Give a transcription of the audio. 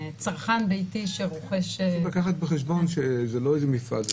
צרכן ביתי שרוכש --- צריך לקחת בחשבון שזה לא איזה מפעל.